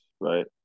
right